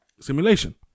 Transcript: simulation